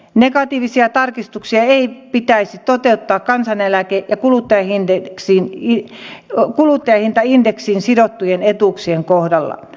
negatiivisia tarkistuksia ei pitäisi toteuttaa kansaneläke ja kuluttajahintaindeksiin sidottujen etuuksien kohdalla